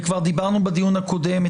כבר דיברנו בדיון הקודם,